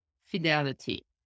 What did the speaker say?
fidelity